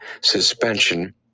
Suspension